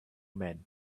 men